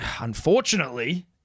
unfortunately